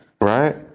Right